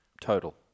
total